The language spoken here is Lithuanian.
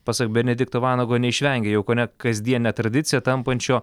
pasak benedikto vanago neišvengė jau kone kasdiene tradicija tampančio